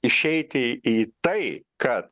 išeiti į tai kad